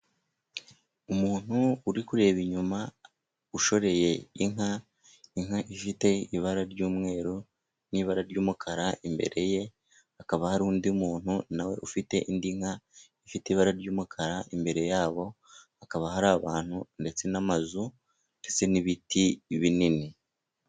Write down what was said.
Umuntu uri kureba inyuma ushoreye inka. Inka ifite ibara ry'umweru n'ibara ry'umukara. Imbere ye hakaba hari undi muntu nawe ufite indi nka, ifite ibara ry'umukara. Imbere yabo hakaba hari abantu ndetse n'amazu, ndetse n'ibiti binini.